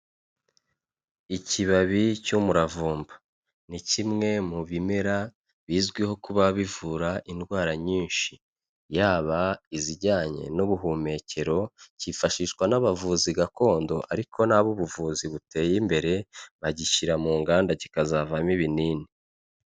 Ikibabi cy'umuravumba ni kimwe mu bimera bizwiho kuba bivura indwara nyinshi yaba izijyanye n'ubuhumekero, cyifashishwa n'abavuzi gakondo ariko n'ab'ubuvuzi buteye imbere bagishyira mu nganda kikazavamo ibinini.